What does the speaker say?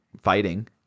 fighting